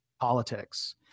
politics